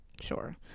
Sure